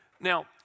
Now